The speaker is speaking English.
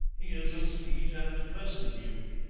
he is a sweet and pleasant youth,